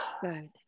Good